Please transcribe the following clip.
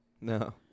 No